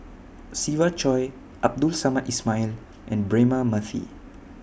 Siva Choy Abdul Samad Ismail and Braema Mathi